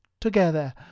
Together